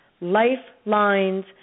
Lifelines